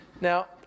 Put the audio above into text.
now